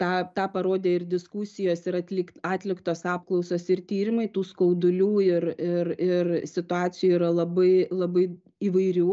tą tą parodė ir diskusijos ir atlik atliktos apklausos ir tyrimai tų skaudulių ir ir ir situacijų yra labai labai įvairių